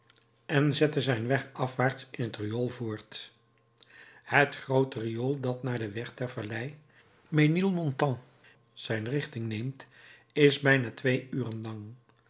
en zette zijn weg afwaarts in het riool voort het groote riool dat naar den weg der vallei menilmontant zijn richting neemt is bijna twee uren